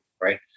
Right